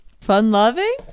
Fun-loving